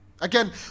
Again